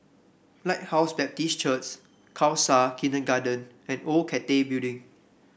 Lighthouse Baptist Church Khalsa Kindergarten and Old Cathay Building